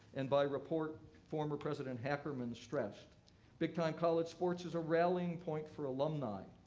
and, by report, former president hackerman stressed big-time college sports is a rallying point for alumni,